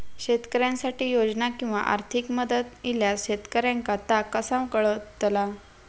शेतकऱ्यांसाठी योजना किंवा आर्थिक मदत इल्यास शेतकऱ्यांका ता कसा कळतला?